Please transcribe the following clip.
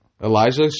Elijah